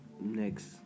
next